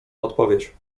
odpowiedź